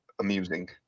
amusing